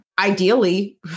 Ideally